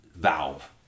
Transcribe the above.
valve